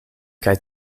kaj